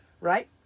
Right